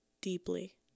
deeply